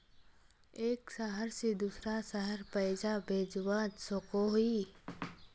एक शहर से दूसरा शहर पैसा भेजवा सकोहो ही?